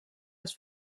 als